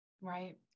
Right